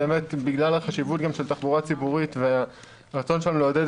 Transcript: גם בגלל החשיבות של תחבורה ציבורית והרצון שלנו לעודד